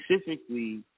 specifically